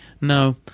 No